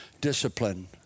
discipline